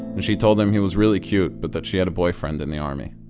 and she told him he was really cute but that she had a boyfriend in the army.